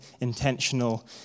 intentional